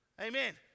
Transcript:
Amen